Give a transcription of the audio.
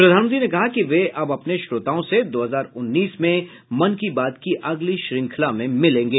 प्रधानमंत्री ने कहा कि वे अब अपने श्रोताओं से दो हजार उन्नीस में मन की बात की अगली श्रंखला में मिलेंगे